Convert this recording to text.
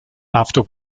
after